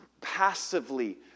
passively